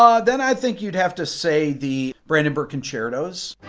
um then i think you'd have to say the brandenburg concertos